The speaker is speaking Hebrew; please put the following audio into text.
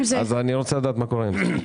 אני רוצה לדעת מה קורה עם זה.